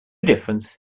difference